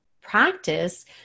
practice